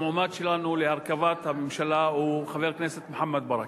המועמד שלנו להרכבת הממשלה הוא חבר הכנסת מוחמד ברכה.